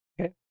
Okay